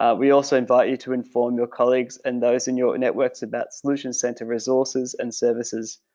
ah we also invite you to inform your colleagues and those in your networks about solutions center resources and services,